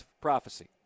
prophecy